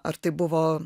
ar tai buvo